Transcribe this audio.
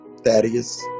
Thaddeus